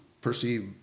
perceived